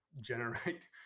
generate